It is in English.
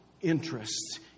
interests